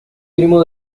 primo